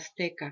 Azteca